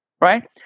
right